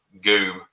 goob